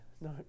No